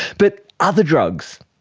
but other drugs,